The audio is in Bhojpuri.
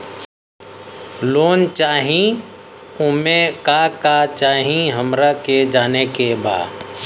लोन चाही उमे का का चाही हमरा के जाने के बा?